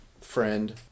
friend